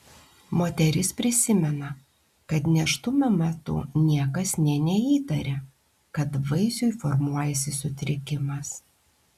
moteris prisimena kad nėštumo metu niekas nė neįtarė kad vaisiui formuojasi sutrikimas